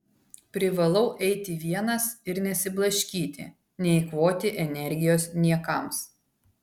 privalau eiti vienas ir nesiblaškyti neeikvoti energijos niekams